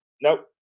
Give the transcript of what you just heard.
Nope